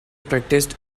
practiced